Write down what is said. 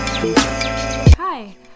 Hi